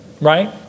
Right